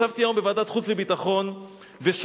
ישבתי היום בוועדת חוץ וביטחון ושמעתי